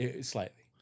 Slightly